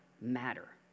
matter